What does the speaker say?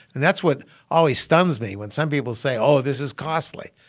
and that's what always stuns me when some people say, oh, this is costly.